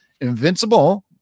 Invincible